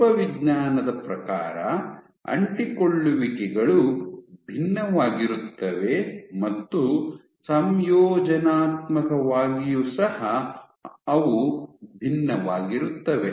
ರೂಪವಿಜ್ಞಾನದ ಪ್ರಕಾರ ಅಂಟಿಕೊಳ್ಳುವಿಕೆಗಳು ಭಿನ್ನವಾಗಿರುತ್ತವೆ ಮತ್ತು ಸಂಯೋಜನಾತ್ಮಕವಾಗಿಯೂ ಸಹ ಅವು ಭಿನ್ನವಾಗಿರುತ್ತವೆ